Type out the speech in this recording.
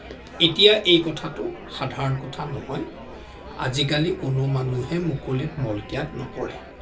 এতিয়া এই কথাটো সাধাৰণ কথা নহয় আজিকালি কোনো মানুহে মুকলিত মলত্যাগ নকৰে